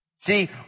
See